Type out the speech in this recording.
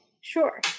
Sure